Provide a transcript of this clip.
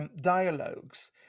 dialogues